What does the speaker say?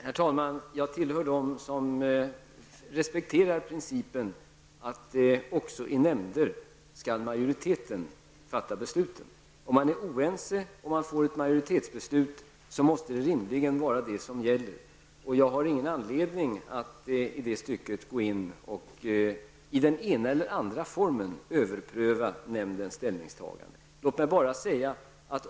Herr talman! Jag tillhör dem som respekterar principen att också i nämnder skall majoriteten fatta beslut. Är man oense och det blir ett majoritetsbeslut, måste det rimligen vara majoritetsbeslutet som gäller. Jag har ingen anledning att i det stycket i den ena eller andra formen överpröva nämndens ställningstagande.